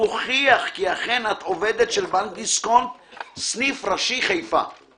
המוכיח כי אכן את עובדת של בנק דסקונט / סניף ראשי חיפה /